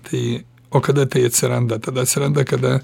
tai o kada tai atsiranda tada atsiranda kada